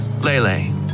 Lele